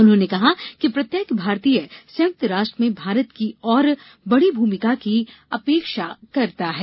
उन्होंने कहा कि प्रत्येक भारतीय संयुक्त राष्ट्र में भारत की और वड़ी भूमिका की अपेक्षा करता है